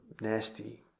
nasty